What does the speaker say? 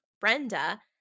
Brenda